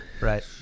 right